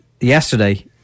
yesterday